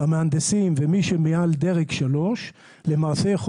המהנדסים ומי שמעל דרג 3 למעשה יכול